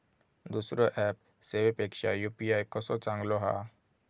दुसरो ऍप सेवेपेक्षा यू.पी.आय कसो चांगलो हा?